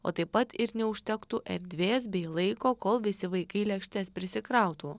o taip pat ir neužtektų erdvės bei laiko kol visi vaikai lėkštes prisikrautų